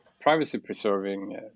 privacy-preserving